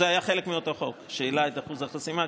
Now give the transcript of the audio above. זה היה חלק מאותו חוק שהעלה את אחוז החסימה.